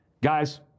Guys